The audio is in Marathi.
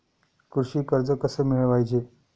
कृषी कर्ज कसे मिळवायचे?